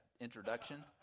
introduction